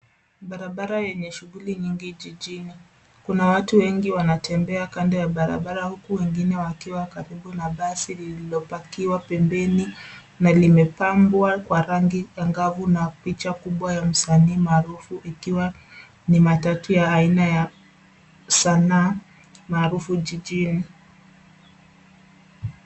Barabara yenye shughuli nyingi jijini. Kuna watu wengi wanatembea kando ya barabara huku wengine wakiwa karibu na basi lililopakiwa pembeni, na limepambwa kwa rangi angavu na picha kubwa ya msanii maarufu ikiwa ni matatu ya aina ya sanaa maarufu jijini.